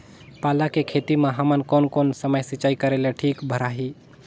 पाला के खेती मां हमन कोन कोन समय सिंचाई करेले ठीक भराही?